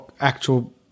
actual